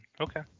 Okay